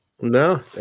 No